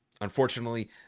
unfortunately